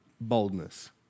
boldness